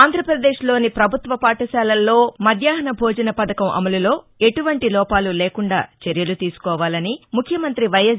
ఆంధ్రప్రదేశ్ లోని ప్రభుత్వ పాఠశాలల్లో మధ్యాహ్న భోజన పథకం అమలులో ఎటువంటి లోపాలు లేకుండా చర్యలు తీసుకోవాలని ముఖ్యమంతి వైఎస్